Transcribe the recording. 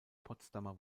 potsdamer